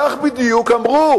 כך בדיוק אמרו